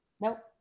Nope